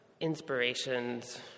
inspirations